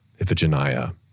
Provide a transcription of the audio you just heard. Iphigenia